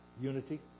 unity